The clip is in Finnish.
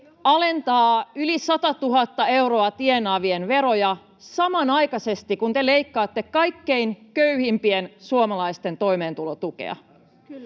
alentaa yli 100 000 euroa tienaavien veroja samanaikaisesti, kun te leikkaatte kaikkein köyhimpien suomalaisten toimeentulotukea.